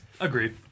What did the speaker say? Agreed